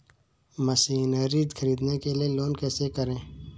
Machinery ख़रीदने के लिए लोन कैसे करें?